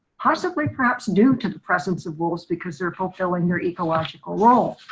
possibly perhaps due to the presence of wolves because they're fulfilling your ecological role.